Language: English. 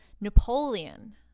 Napoleon